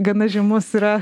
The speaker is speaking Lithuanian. gana žymus yra